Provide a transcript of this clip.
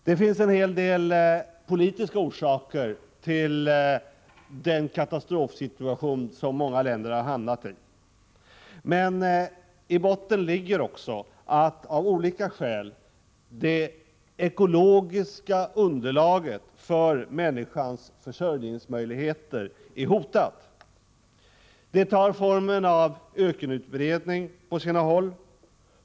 Det finns en hel del politiska orsaker till den katastrofsituation som många länder har hamnat i, men i botten ligger också att, av olika skäl, det ekologiska underlaget för människans försörjningsmöjligheter är hotat. Detta beror bl.a. på ökenutbredningen på sina håll.